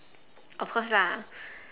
of course lah